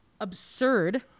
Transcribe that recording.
absurd